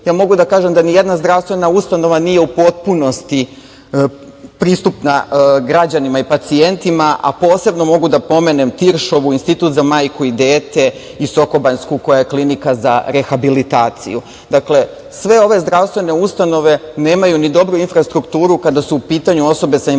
mogu da kažem da nijedna zdravstvena ustanova nije u potpunosti pristupna građanima i pacijentima, a posebno mogu da pomenem Tiršovu, Institut za majku i dete i Sokobanjsku, koja je klinika za rehabilitaciju. Dakle, sve ove zdravstvene ustanove nemaju ni dobru infrastrukturu kada su u pitanju osobe sa invaliditetom,